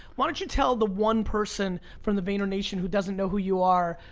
why don't you tell the one person from the vayner nation who doesn't know who you are,